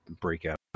breakout